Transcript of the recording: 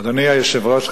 אדוני היושב-ראש,